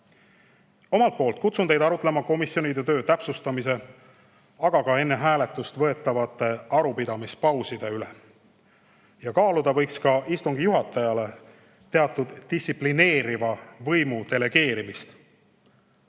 Omalt poolt kutsun teid üles arutlema komisjonide töö täpsustamise, aga ka enne hääletust võetavate arupidamispauside üle. Kaaluda võiks ka istungi juhatajale teatud distsiplineeriva võimu delegeerimist